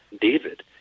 David